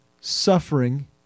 suffering